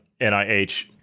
NIH